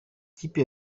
ikipe